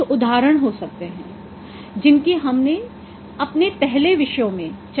कुछ उदाहरण हो सकते हैं जिनकी हमने अपने पिछले विषयों में चर्चा की है